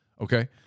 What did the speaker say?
Okay